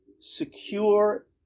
secure